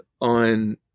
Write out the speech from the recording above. on